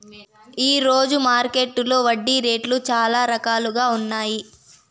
ఈ రోజున మార్కెట్టులో వడ్డీ రేట్లు చాలా రకాలుగా ఉన్నాయి